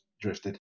drifted